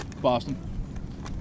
Boston